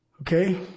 Okay